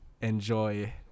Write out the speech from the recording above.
enjoy